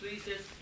please